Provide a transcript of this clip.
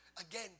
Again